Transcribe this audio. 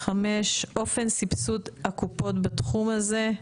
חמש, אופן סבסוד הקופות בתחום הזה.